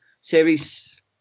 series